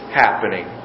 happening